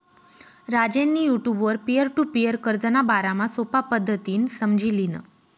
राजेंनी युटुबवर peer to peer कर्जना बारामा सोपा पद्धतीनं समझी ल्हिनं